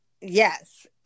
yes